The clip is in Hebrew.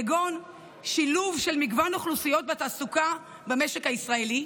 כגון שילוב של מגוון אוכלוסיות בתעסוקה במשק הישראלי,